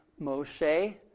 Moshe